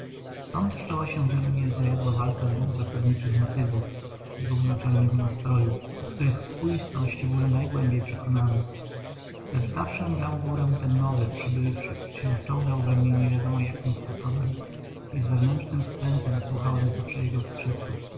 stąd wszczęła się we mnie zajadła walka dwóch zasadniczych motywów dwóch naczelnych nastrojów o których współistności byłem najgłębiej przekonany lecz zawsze brał górę ten nowy przybylczy co się wczołgał we mnie niewiadomo jakim sposobem i z wewnętrznym wstrętem słuchałem zawsze jego